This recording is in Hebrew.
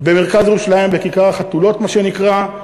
במרכז ירושלים, בכיכר-החתולות מה שנקרא,